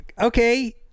Okay